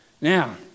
Now